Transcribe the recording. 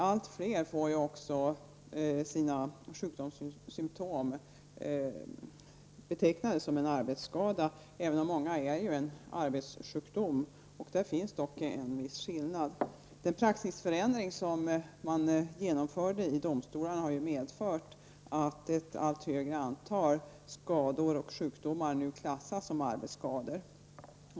Allt fler får också sina sjukdomssymptom betecknade som arbetsskada, även om det i många fall är en arbetssjukdom, och där finns dock en viss skillnad. Den praxisförändring som genomfördes i domstolarna har medfört att ett allt större antal skador och sjukdomar klassas som arbetsskador.